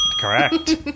Correct